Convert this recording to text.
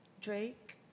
Drake